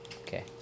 okay